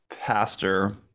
pastor